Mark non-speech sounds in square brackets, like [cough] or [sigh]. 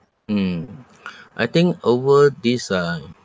mm [noise] I think over this uh